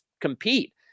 compete